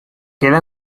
queda